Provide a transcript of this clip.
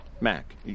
Mac